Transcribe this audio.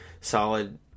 solid